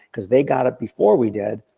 because they got up before we did.